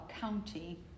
county